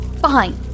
Fine